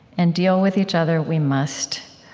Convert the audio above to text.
and deal with each other we must.